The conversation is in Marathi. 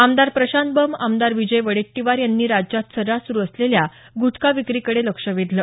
आमदार प्रशांत बंब आमदार विजय वडेट्टीवार यांनी राज्यात सर्रास सुरू असलेल्या गुटखा विक्रीकडे लक्ष वेधलं